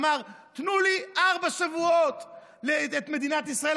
אמר: תנו לי לארבעה שבועות את מדינת ישראל,